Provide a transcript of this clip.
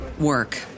work